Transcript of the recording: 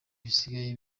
bisigaye